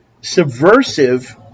subversive